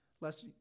less